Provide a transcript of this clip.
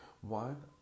one